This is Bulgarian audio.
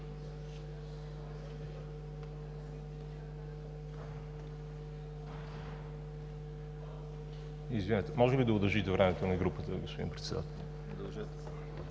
Извинете, може ли да удължите времето на групата, господин Председател?